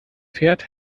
fährt